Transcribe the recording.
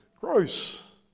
Gross